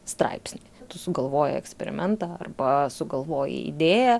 straipsnį tu sugalvoji eksperimentą arba sugalvoji idėją